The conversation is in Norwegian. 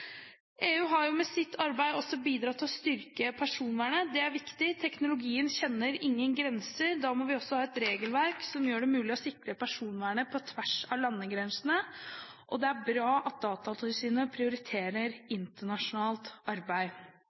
EU har med sitt arbeid også bidratt med å styrke personvernet. Det er viktig. Teknologien kjenner ingen grenser, og da må vi også ha et regelverk som gjør det mulig å sikre personvernet på tvers av landegrensene. Det er bra at Datatilsynet prioriterer internasjonalt arbeid.